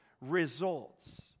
results